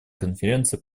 конференции